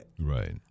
Right